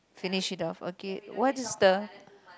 finish it off okay what is the